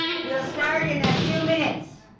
we'll start in a few minutes.